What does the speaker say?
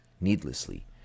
needlessly